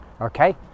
Okay